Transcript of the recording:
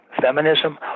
feminism